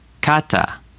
Kata